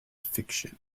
fiction